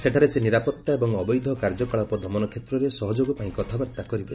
ସେଠାରେ ସେ ନିରାପତ୍ତା ଏବଂ ଅବୈଧ କାର୍ଯ୍ୟକଳାପ ଦମନ କ୍ଷେତ୍ରରେ ସହଯୋଗ ପାଇଁ କଥାବାର୍ତ୍ତା କରିବେ